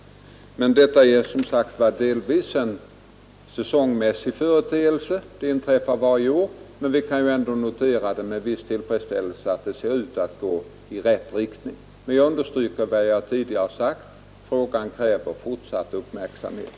Även om detta som sagt delvis är en säsongmässig företeelse som inträffar varje år, kan vi ändå med viss tillfredsställelse notera att det ser ut att gå i rätt riktning. Men jag understryker vad jag tidigare sagt: Frågan kräver fortsatt uppmärksamhet.